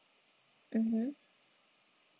mmhmm